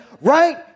right